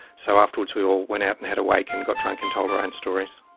so afterwards we all went out and had a wake and got drunk and told our own stories.